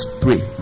pray